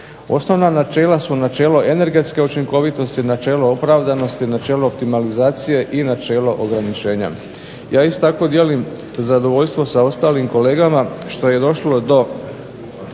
Osnovna načela su načelo energetske učinkovitosti, načelo opravdanosti, načelo optimalizacije i načelo ograničenja. Ja isto tako dijelim zadovoljstvo sa ostalim kolegama što je došlo do